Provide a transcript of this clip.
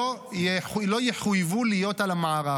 לא יחויבו להיות על המערך.